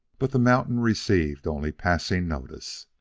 but the mountain received only passing notice.